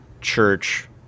church